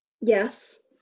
Yes